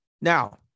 Now